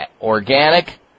organic